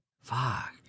Fuck